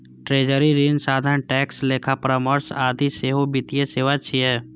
treasury, ऋण साधन, tax, लेखा परामर्श आदि सेहो वित्तीय सेवा छियै